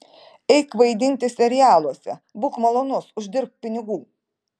eik vaidinti serialuose būk malonus uždirbk pinigų